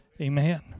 Amen